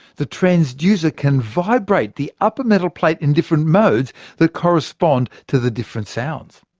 the transducer can vibrate the upper metal plate in different modes that correspond to the different sounds.